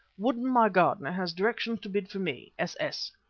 woodden, my gardener, has directions to bid for me s s.